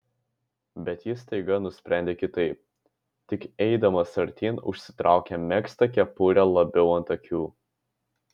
bet jis staiga nusprendė kitaip tik eidamas artyn užsitraukė megztą kepurę labiau ant akių